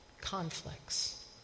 conflicts